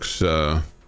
Looks